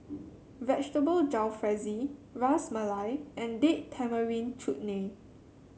Vegetable Jalfrezi Ras Malai and Date Tamarind Chutney